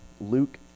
Luke